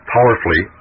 Powerfully